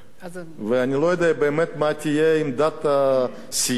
אני לא יודע באמת מה תהיה עמדת הסיעה.